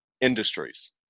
industries